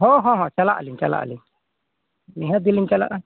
ᱦᱮᱸ ᱦᱮᱸ ᱪᱟᱞᱟᱜ ᱟᱹᱞᱤᱧ ᱪᱟᱞᱟᱜ ᱟᱹᱞᱤᱧ ᱱᱤᱦᱟᱹᱛ ᱜᱮᱞᱤᱧ ᱪᱟᱞᱟᱜᱼᱟ